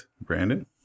Brandon